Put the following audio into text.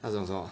那种什么